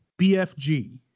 BFG